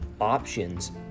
options